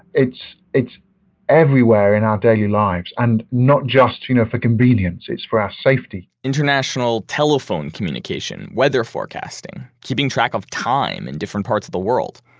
it's it's everywhere in our daily lives. and not just you know for convenience. it's for our safety international telephone communication, weather forecasting, keeping track of time in different parts of the world.